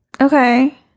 Okay